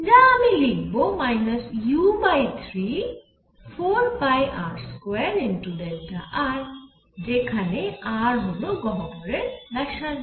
যা আমি লিখব u34πr2r যেখানে r হল গহ্বরের ব্যাসার্ধ